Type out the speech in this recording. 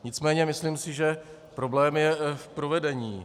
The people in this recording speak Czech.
Nicméně myslím si, že problém je v provedení.